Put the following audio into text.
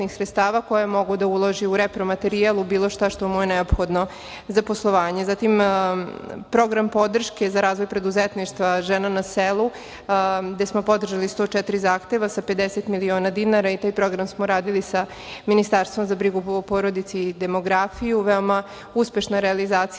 koja može da uloži u repromaterijal ili bilo šta što mu je neophodno za poslovanje. Zatim, Program podrške za razvoj preduzetništva žena na selu, gde smo podržali 104 zahteva sa 50 miliona dinara i taj program smo radili sa Ministarstvom za brigu o porodici i demografiju. Veoma uspešna realizacija